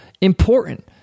important